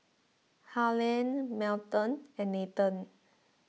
Harlan Melton and Nathen